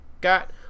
got